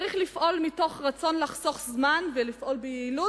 צריך לפעול מתוך רצון לחסוך זמן ולפעול ביעילות,